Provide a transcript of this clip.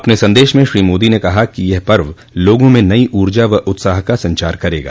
अपने संदेश में श्री मोदी ने कहा कि यह पर्व लोगों में नई ऊर्जा व उत्साह का संचार करेगा